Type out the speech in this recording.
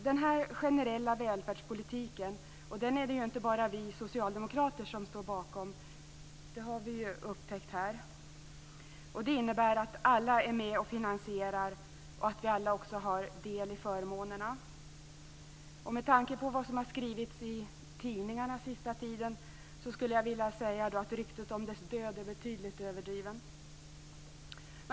Det är inte bara vi socialdemokrater som står bakom denna generella välfärdspolitik; det har vi upptäckt här. Den innebär att alla är med om att finansiera och att vi alla också har del i förmånerna. Med tanke på vad som har skrivits i tidningarna den senaste tiden skulle jag vilja säga att ryktet om den generella välfärdspolitikens död är betydligt överdrivet.